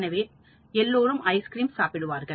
எனவே எல்லோரும் ஐஸ்கிரீம் சாப்பிடுகிறார்கள்